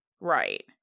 Right